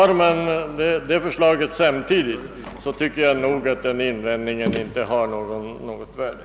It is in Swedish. Med detta förslag samtidigt i bilden anser jag att denna invändning icke har något värde.